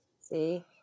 See